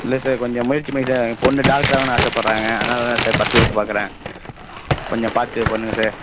இல்லை சார் கொஞ்சம் முயற்சி பண்ணி தாங்க என் பொண்ணு டாக்டர் ஆகணும்னு ஆசைப்பட்றாங்க அதனால் தான் சார் ஃபஸ்ட் குரூப் பார்க்குறேன் கொஞ்சம் பார்த்து பண்ணுங்கள் சார்